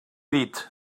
dit